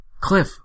Cliff